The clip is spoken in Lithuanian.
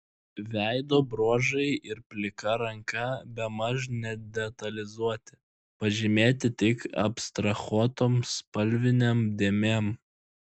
veido bruožai ir plika ranka bemaž nedetalizuoti pažymėti tik abstrahuotom spalvinėm dėmėm